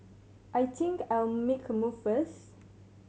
I think I'll make a move first